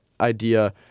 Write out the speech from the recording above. idea